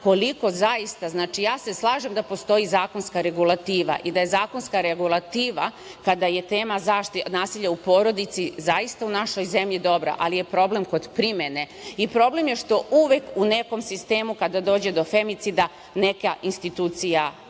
koliko zaista? Znači, ja se slažem da postoji zakonska regulativa i da je zakonska regulativa kada je tema nasilja u porodici zaista u našoj zemlji dobra, ali je problem kod primene i problem je što uvek u nekom sistemu kada dođe do femicida neka institucija